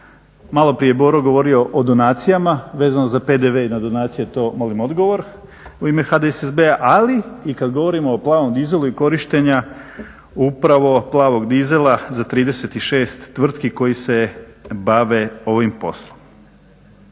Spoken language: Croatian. malo prije je Boro govorio o donacijama vezano za PDV i na donacije, to molim odgovor u ime HDSSB-a ali i kad govorimo o plavom dizelu i korištenja upravo plavog dizela za 36 tvrtki koje se bave ovim poslom.